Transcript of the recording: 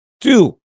Two